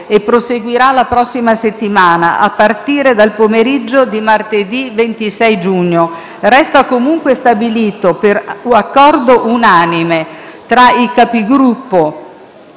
e proseguirà la prossima settimana, a partire dal pomeriggio di martedì 26 giugno. Resta comunque stabilito, per accordo unanime tra i Capigruppo,